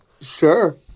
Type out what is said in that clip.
sure